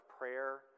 prayer